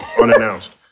unannounced